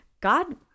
God